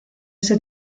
ese